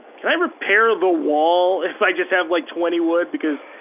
can i repair the wall if i just have like twenty wood? because,